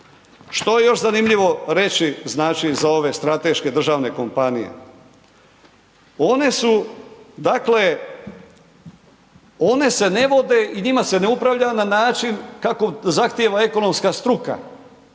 Što je još zanimljivo reći znači za ove strateške državne kompanije? One su dakle, one se ne vode i njima se ne upravlja na način kako zahtjeva ekonomska struka